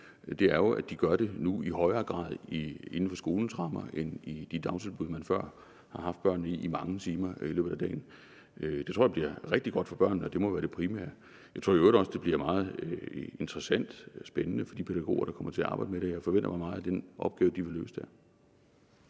Det er jo, at de nu gør det i højere grad inden for skolens rammer end i de dagtilbud, man før har haft børnene i i mange timer i løbet af dagen. Det tror jeg bliver rigtig godt for børnene, og det må være det primære. Jeg tror i øvrigt også, det bliver meget interessant og spændende for de pædagoger, der kommer til at arbejde med det. Jeg forventer mig meget af den opgave, de vil løse der.